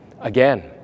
again